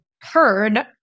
heard